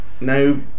No